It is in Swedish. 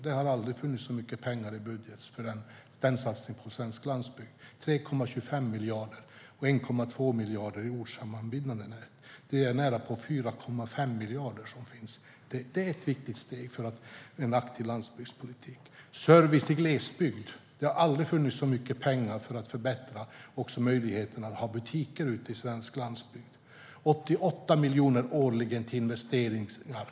Det har aldrig funnits så mycket pengar i budgeten för en sådan satsning på svensk landsbygd. Det är 3,25 miljarder och 1,2 miljarder i fråga om ortssammanbindande nät. Det är närapå 4,5 miljarder. Det är ett viktigt steg för en aktiv landsbygdspolitik. Sedan gäller det service i glesbygd. Det har aldrig funnits så mycket pengar för att förbättra möjligheten att ha butiker i svensk landsbygd. Det är 88 miljoner årligen till investeringar.